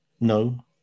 No